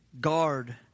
Guard